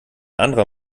anderer